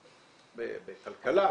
בכלכלה,